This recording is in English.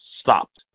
stopped